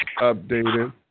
updated